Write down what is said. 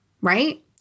right